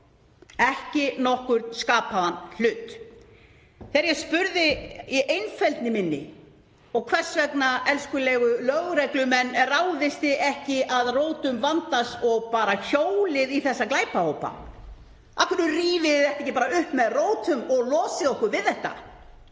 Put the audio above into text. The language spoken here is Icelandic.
ekki nokkurn skapaðan hlut. Þegar ég spurði í einfeldni minni: Hvers vegna, elskulegu lögreglumenn, ráðist þið ekki að rótum vandans og hjólið bara í þessa glæpahópa? Af hverju rífið þið þetta ekki bara upp með rótum og losið okkur við þetta?